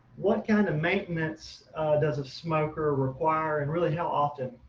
what kind of maintenance does a smoker require and really how often?